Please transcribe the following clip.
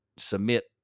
submit